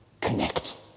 connect